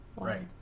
right